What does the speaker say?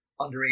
underage